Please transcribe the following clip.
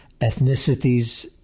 ethnicities